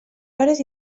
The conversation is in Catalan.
hores